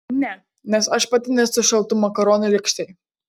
ne nes aš pati nesu šaltų makaronų lėkštė